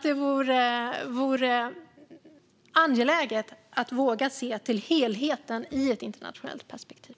Det är angeläget att våga se till helheten i ett internationellt perspektiv.